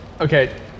Okay